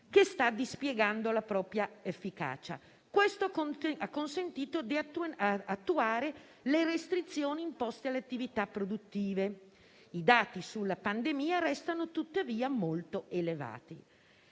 che sta dispiegando la propria efficacia. Ciò ha consentito di attuare le restrizioni imposte alle attività produttive. I dati sulla pandemia restano tuttavia molto elevati.